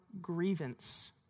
grievance